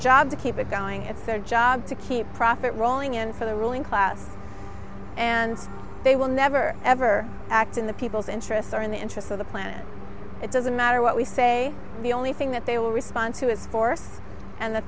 job to keep it going it's their job to keep profit rolling in for the ruling class and they will never ever act in the people's interests or the interests of the planet it doesn't matter what we say the only thing that they will respond to is force and the